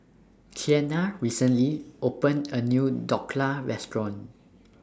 Kianna recently opened A New Dhokla Restaurant